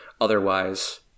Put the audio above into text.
Otherwise